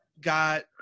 got